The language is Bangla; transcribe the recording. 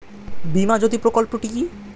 বীমা জ্যোতি প্রকল্পটি কি?